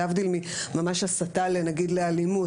להבדיל ממש הסתה לנגיד לאלימות,